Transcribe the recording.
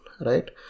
right